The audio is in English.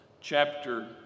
chapter